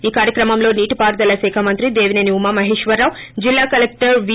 ఈ కార్యక్రమంలో నీటి పారుదల శాఖ మంత్రి దేవిసేని ఉమామహేశ్వరరావు జిల్లా కలెక్షర్ వీ